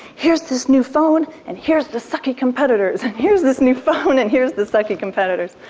here's this new phone, and here's the sucky competitors. here's this new phone, and here's the sucky competitors.